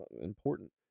important